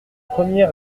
premier